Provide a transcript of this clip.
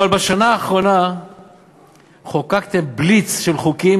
בשנה האחרונה חוקקתם בליץ של חוקים